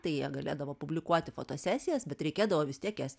tai jie galėdavo publikuoti fotosesijas bet reikėdavo vis tiek jas